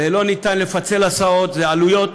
אין אפשרות לפצל הסעות, יש עלויות.